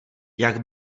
jak